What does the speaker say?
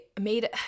made